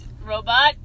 Robot